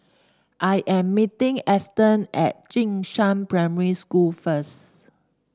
I am meeting Eston at Jing Shan Primary School first